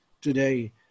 today